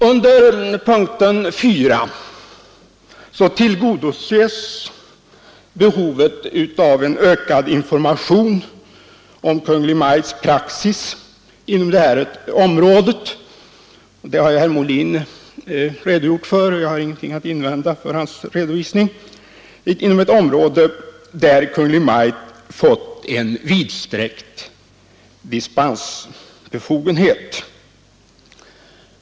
Under punkten 4 tillgodoses behovet av en ökad information om Kungl. Maj:ts praxis — detta har ju herr Molin redogjort för — inom ett område där Kungl. Maj:t fått en vidsträckt dispensbefogenhet.